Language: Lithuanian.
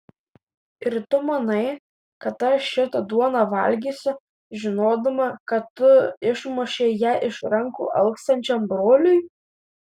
ir tu manai kad aš šitą duoną valgysiu žinodama kad tu išmušei ją iš rankų alkstančiam broliui